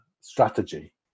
strategy